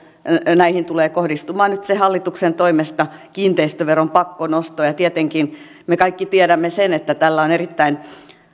näihin tulee kohdistumaan nyt hallituksen toimesta kiinteistöveron pakkonosto ja ja tietenkin me kaikki tiedämme sen että tällä on erittäin